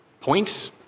point